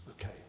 Okay